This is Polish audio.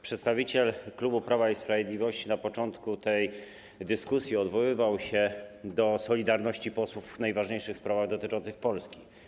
Przedstawiciel klubu Prawa i Sprawiedliwości na początku tej dyskusji odwoływał się do solidarności posłów w najważniejszych sprawach dotyczących Polski.